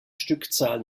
stückzahl